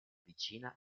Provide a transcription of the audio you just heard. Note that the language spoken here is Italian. vicina